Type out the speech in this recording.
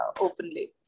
openly